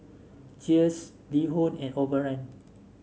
Cheers LiHo and Overrun